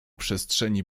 przestrzeni